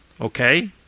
okay